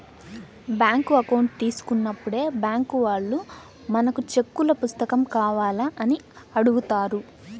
bank account తీసుకున్నప్పుడే bank వాళ్ళు మనకు చెక్కుల పుస్తకం కావాలా అని అడుగుతారు